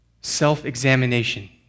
self-examination